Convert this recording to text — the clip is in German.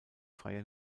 freie